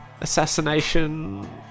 assassination